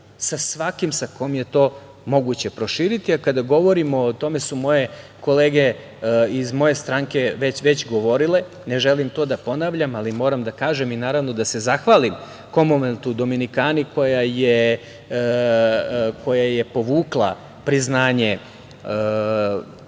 sa svakim sa kim je to moguće proširiti. Kada govorimo, o tome su kolege iz moje stranke već govorile, ne želim to da ponavljam, ali moram da kažem i naravno da se zahvalim Komonveltu Dominiki koja je povukla priznanje